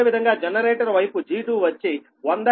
అదేవిధంగా జనరేటర్ వైపు G2 వచ్చి 10013